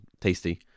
tasty